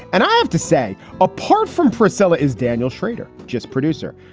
and i have to say, apart from pricella, is daniel schrader, just producer,